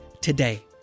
today